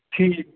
ٹھیٖک